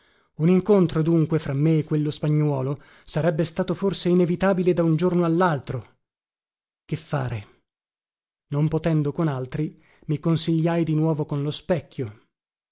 un incontro dunque fra me e quello spagnuolo sarebbe stato forse inevitabile da un giorno allaltro che fare non potendo con altri mi consigliai di nuovo con lo specchio